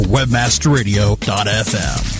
WebmasterRadio.fm